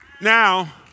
Now